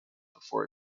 before